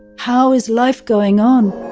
how is life going on?